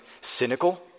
cynical